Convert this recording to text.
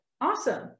awesome